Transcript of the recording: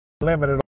limited